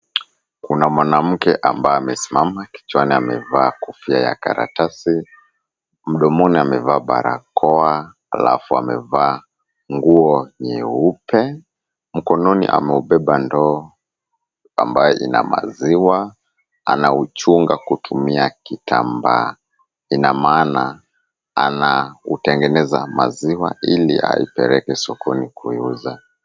Kuna mwanamke ambaye amesimama, kichwani amevaa kofia ya karatasi, mdomoni amevaa barakoa halafu amevaa nguo nyeupe. Mkononi ameubeba ndoo ambayo ina maziwa. Anauchunga kutumia kitambaa. Ina maana anautengeneza maziwa ili aipeleke sokoni kuiuza.